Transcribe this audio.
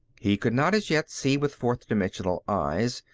he could not, as yet, see with fourth-dimensional eyes,